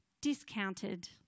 discounted